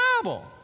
Bible